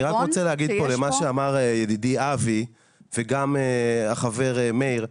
אני רוצה להגיב למה שאמר ידידי אבי וגם החבר מאיר.